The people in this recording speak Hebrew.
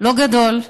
לא גדול,